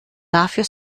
dafür